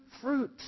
fruit